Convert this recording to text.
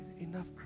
Enough